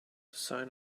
sign